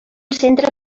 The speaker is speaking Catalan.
centre